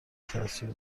تاثیر